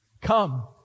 Come